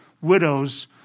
widows